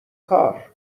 کار